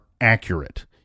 accurate